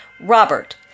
Robert